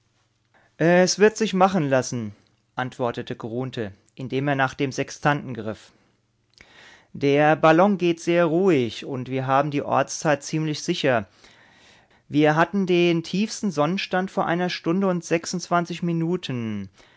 es wird sich machen lassen antwortete grunthe indem er nach dem sextanten griff der ballon geht sehr ruhig und wir haben die ortszeit ziemlich sicher wir hatten den tiefsten sonnenstand vor einer stunde und sechs minuten